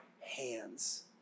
hands